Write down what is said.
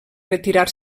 retirar